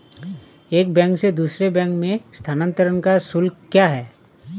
एक बैंक से दूसरे बैंक में स्थानांतरण का शुल्क क्या है?